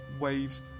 waves